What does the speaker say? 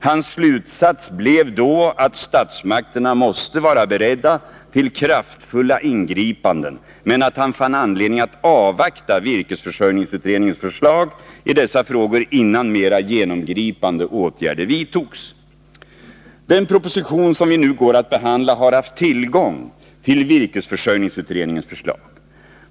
Hans slutsats blev då att statsmakterna måste vara beredda till kraftfulla ingripanden, men att han fann anledning att avvakta virkesförsörjningsutredningens förslag i dessa frågor, innan mera genomgripande åtgärder vidtogs. I samband med den proposition som vi nu går att behandla har regeringen haft tillgång till virkesförsörjningsutredningens förslag.